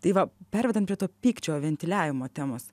tai va pervedam prie to pykčio ventiliavimo temos